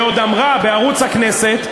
והיא עוד אמרה בערוץ הכנסת,